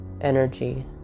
energy